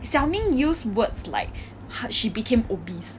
xiao ming use words like 他 she became obese